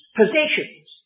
possessions